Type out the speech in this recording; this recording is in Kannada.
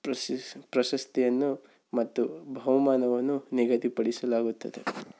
ಪ್ರಶಸ್ ಪ್ರಶಸ್ತಿಯನ್ನು ಮತ್ತು ಬಹುಮಾನವನ್ನು ನಿಗದಿಪಡಿಸಲಾಗುತ್ತದೆ